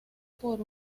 por